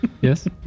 Yes